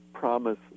promise